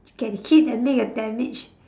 can keep and make a damage